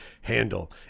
handle